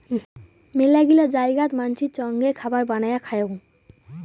মেলাগিলা জায়গাত মানসি চঙে খাবার বানায়া খায়ং